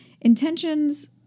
Intentions